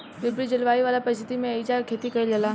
विपरित जलवायु वाला परिस्थिति में एइजा खेती कईल जाला